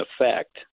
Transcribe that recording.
effect